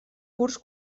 curs